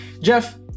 Jeff